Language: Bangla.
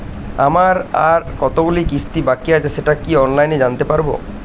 আমার আর কতগুলি কিস্তি বাকী আছে সেটা কি অনলাইনে জানতে পারব?